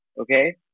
okay